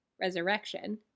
Resurrection